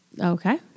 Okay